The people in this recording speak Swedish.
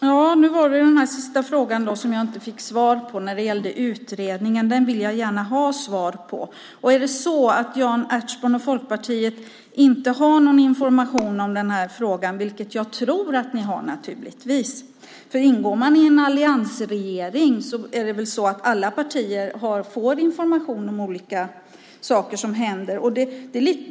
Herr talman! Den sista frågan, som gällde utredningen, fick jag inte svar på. Den vill jag gärna ha svar på. Är det så att Jan Ertsborn och Folkpartiet inte har någon information om den frågan? Det tror jag naturligtvis att ni har. I en alliansregering är det väl så att alla partier får information om olika saker som händer.